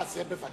אה, זה בוודאי.